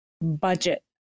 budget